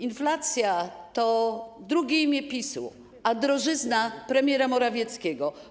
Inflacja to drugie imię PiS-u, a drożyzna - premiera Morawieckiego.